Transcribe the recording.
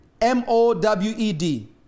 m-o-w-e-d